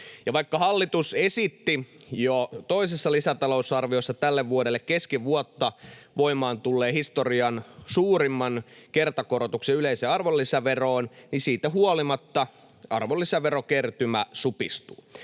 Vaikka hallitus esitti jo toisessa lisätalousarviossa tälle vuodelle kesken vuotta voimaan tulleen historian suurimman kertakorotuksen yleiseen arvonlisäveroon, niin siitä huolimatta arvonlisäverokertymä supistuu.